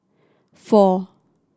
four